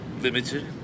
limited